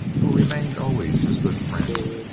who remained always his good friend.